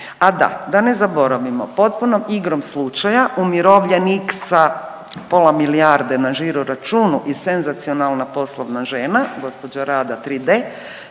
A da, da ne zaboravimo, potpunom igrom slučaja umirovljenik sa pola milijarde na žiro računu i senzacionalna poslovna žena gospođa Rada 3D